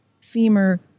femur